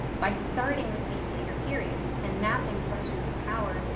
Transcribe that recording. by starting with these later periods and mapping questions of power,